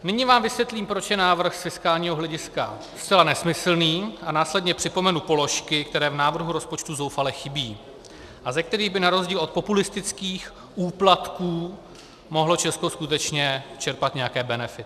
Nyní vám vysvětlím, proč je návrh z fiskálního hlediska zcela nesmyslný, a následně připomenu položky, které v návrhu rozpočtu zoufale chybí a ze kterých by na rozdíl od populistických úplatků mohlo Česko skutečně čerpat nějaké benefity.